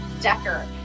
Decker